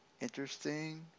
Interesting